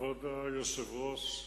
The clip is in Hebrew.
כבוד היושב-ראש,